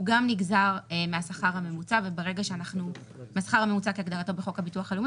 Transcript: הוא גם נגזר מהשכר הממוצע כהגדרתו בחוק הביטוח הלאומי,